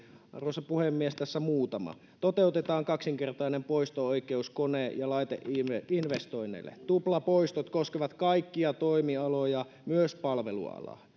arvoisa puhemies tässä muutama toteutetaan kaksinkertainen poisto oikeus kone ja laiteinvestoinneille tuplapoistot koskevat kaikkia toimialoja myös palvelualaa